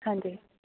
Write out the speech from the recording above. ਹਾਂਜੀ